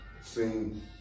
seen